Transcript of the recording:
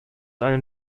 einen